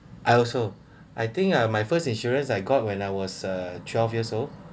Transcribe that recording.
I also I think uh my first insurance I got when I was uh twelve years old